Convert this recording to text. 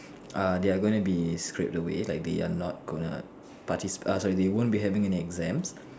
uh they are gonna be scraped away like they are not gonna partici~ err sorry they won't be having any exams